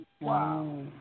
Wow